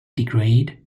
degrade